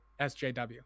SJW